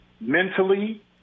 mentally